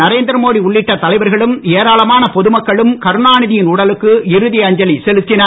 நரேந்திர மோடி உள்ளிட்ட தலைவர்களும் ஏராளமான பொதுமக்களும் கருணாநிதியின் உடலுக்கு இறுதி அஞ்சலி செலுத்தினர்